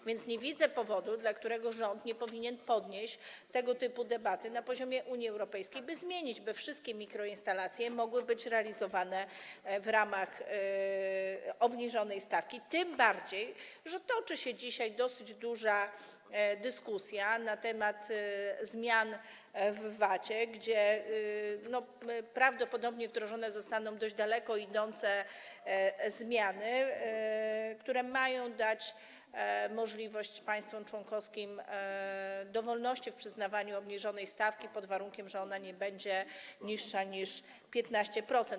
A więc nie widzę powodu, dla którego rząd nie powinien podnieść kwestii tego typu debaty na poziomie Unii Europejskiej, by to zmienić, by wszystkie mikroinstalacje mogły być realizowane w ramach obniżonej stawki, tym bardziej że toczy się dzisiaj dosyć szeroka dyskusja na temat zmian w VAT, prawdopodobnie wdrożone zostaną dość daleko idące zmiany, które mają dać państwom członkowskim możliwość dowolności, przyznawania obniżonej stawki pod warunkiem, że ona nie będzie niższa niż 15%.